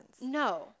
No